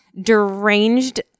deranged